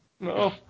no